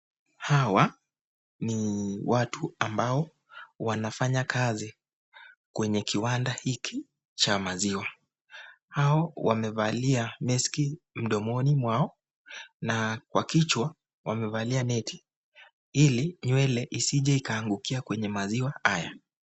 Hawa ni watu ambao wanafanya kazi kwenye kiwanja hiki cha maziwa , hawa wamevalia maski mdomoni mwao na kwa kichwa amefalia neti hili nywele izije ikaangukie maziwa haya.